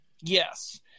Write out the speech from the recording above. Yes